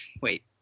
Wait